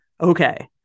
Okay